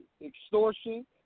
extortion